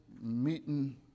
meeting